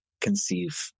conceive